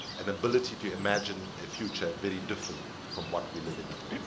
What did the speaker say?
an ability to imagine a future very different from what we live in at the